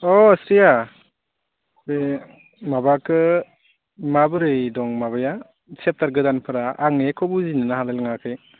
अ स्रिया बे माबाखौ माबोरै दं माबाया चेप्टार गोदानफोरा आं एख' बुजिनोनो हालाय लाङाखै